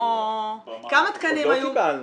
עוד לא קיבלנו.